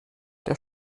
der